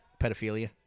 pedophilia